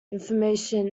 information